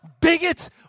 bigots